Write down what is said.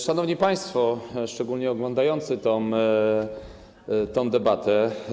Szanowni Państwo, szczególnie ci oglądający tę debatę!